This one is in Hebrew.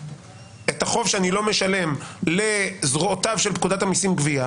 את החוב שאני לא משלם לזרועותיו של פקודת המיסים גבייה